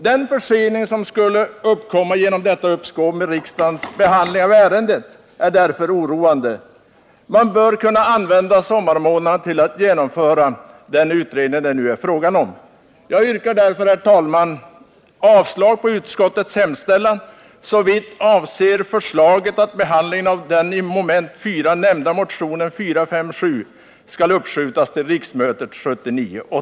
Den försening som skulle uppkomma genom detta uppskov med riksdagens behandling av ärendet är därför oroande. Man bör kunna utnyttja sommarmånaderna till att genomföra den utredning det nu är fråga om. Jag yrkar därför, herr talman, avslag på utskottets hemställan såvitt avser förslaget att behandlingen av den i mom. 4 nämnda motionen 1978 80.